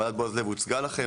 ועדת בועז לב הוצגה לכם,